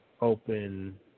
open